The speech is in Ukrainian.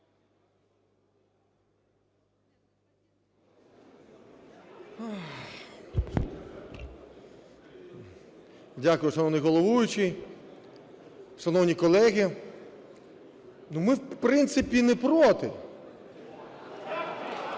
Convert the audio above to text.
Дякую, шановний головуючий, шановні колеги. Ми, в принципі, не проти.